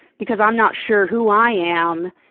because i'm not sure who i am.